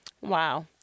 Wow